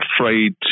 afraid